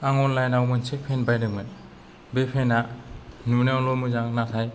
आं अनलाइन आव मोनसे पेन्ट बायदोंमोन बे पेन्ट आ नुनायावल' मोजां नाथाय